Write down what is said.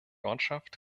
ortschaft